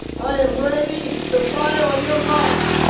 i am ready to fire on your mark.